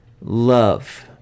love